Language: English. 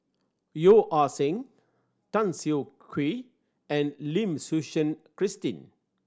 Yeo Ah Seng Tan Siah Kwee and Lim Suchen Christine